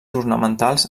ornamentals